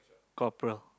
corporal